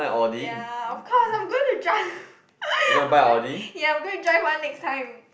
ya of course I'm going to drive I'm gonna ya I'm going to drive one next time